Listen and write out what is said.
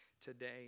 today